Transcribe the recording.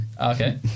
Okay